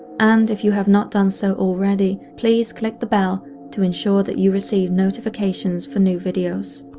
and, if you have not done so already, please click the bell to ensure that you receive notifications for new videos.